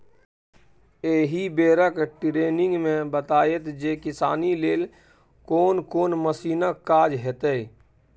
एहि बेरक टिरेनिंग मे बताएत जे किसानी लेल कोन कोन मशीनक काज हेतै